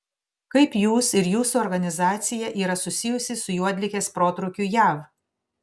kaip jūs ir jūsų organizacija yra susijusi su juodligės protrūkiu jav